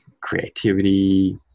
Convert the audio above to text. creativity